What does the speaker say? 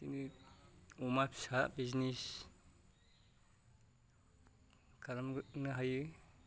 बिदिनो अमा फिसा बिजनेस खालामनो हायो